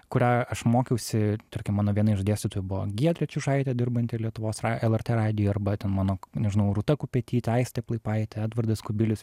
kurią aš mokiausi tarkim mano viena iš dėstytojų buvo giedrė čiužaitė dirbanti lietuvos lrt radijuj arba ten mano nežinau rūta kupetytė aistė plaipaitė edvardas kubilius